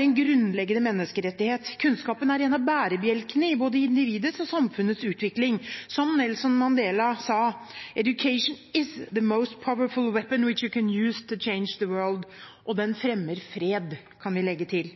en grunnleggende menneskerettighet. Kunnskap er en av bærebjelkene i både individets og samfunnets utvikling, og som Nelson Mandela sa: «Education is the most powerful weapon you can use to change the world.» – Og den fremmer fred, kan vi legge til.